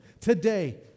Today